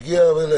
זה הגיע אליהם.